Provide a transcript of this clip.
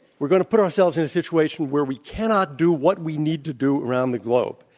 we're going to put ourselves in a situation where we cannot do what we need to do around the globe.